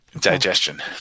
Digestion